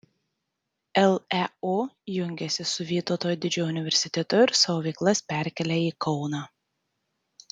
leu jungiasi su vytauto didžiojo universitetu ir savo veiklas perkelia į kauną